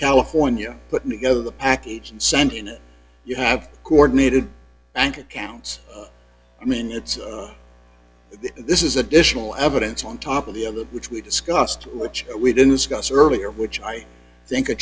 california putting together the package and sending it you have coordinated thank you counts i mean it's this is additional evidence on top of the other which we discussed which we didn't scott's earlier which i think a